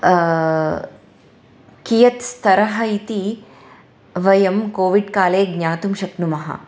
कियत् स्तरः इति वयं कोविड् काले ज्ञातुं शक्नुमः